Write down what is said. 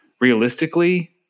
realistically